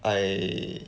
I